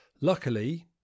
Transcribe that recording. luckily